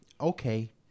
okay